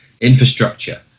Infrastructure